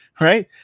Right